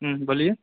ہوں بولیے